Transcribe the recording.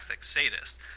sadist